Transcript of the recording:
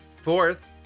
Fourth